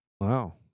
Wow